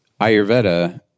Ayurveda